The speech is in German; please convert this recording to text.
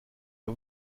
der